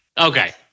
okay